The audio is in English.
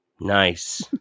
Nice